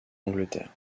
angleterre